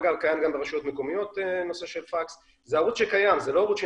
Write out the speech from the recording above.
אגב, הנושא של הפקס קיים גם ברשויות מקומיות.